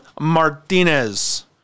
Martinez